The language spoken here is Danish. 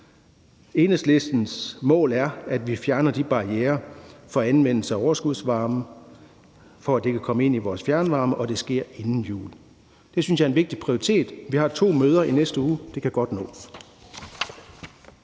Enhedslistens mål er, at vi fjerner barriererne for anvendelse af overskudsvarme, for at det kan komme ind i vores fjernvarme, og at det sker inden jul. Det synes jeg er en vigtig prioritet. Vi har to møder i næste uge. Det kan godt nås.